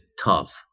tough